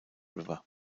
river